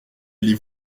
allez